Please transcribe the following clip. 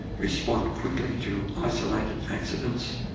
respond quickly to isolated accidents,